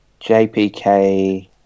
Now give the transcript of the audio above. JPK